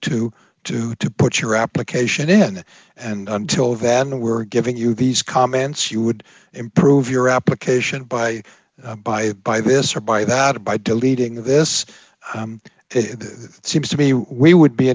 to to to put your application in and until then we are giving you these comments you would improve your application by by by this or by that by deleting this it seems to be we would be